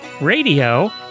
RADIO